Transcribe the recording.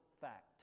fact